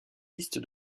liste